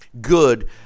good